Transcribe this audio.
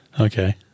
Okay